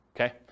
Okay